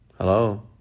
Hello